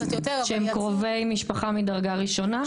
שהם קרובי משפחה מדרגה ראשונה?